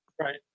right